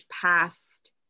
past